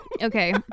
Okay